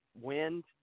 wind